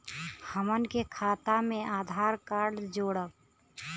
हमन के खाता मे आधार कार्ड जोड़ब?